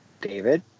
David